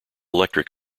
electric